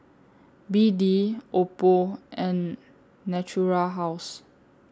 B D Oppo and Natura House